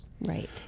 Right